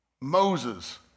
Moses